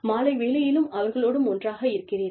மாலை வேளையிலும் அவர்களோடும் ஒன்றாக இருக்கிறீர்கள்